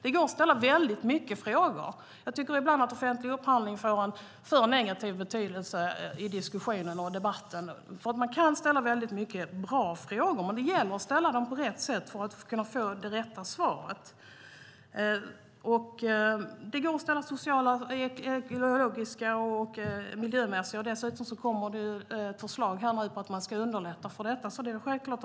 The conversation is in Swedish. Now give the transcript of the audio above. Det går att ställa många frågor. Jag tycker ibland att offentlig upphandling får en negativ betydelse i diskussionen. Det går att ställa många bra frågor, men det gäller att ställa dem på rätt sätt för att få det rätta svaret. Det går att ställa sociala, ekologiska och miljömässiga krav. Dessutom kommer det nu förslag som ska underlätta dessa frågor.